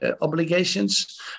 obligations